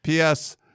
PS